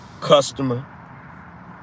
customer